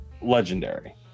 legendary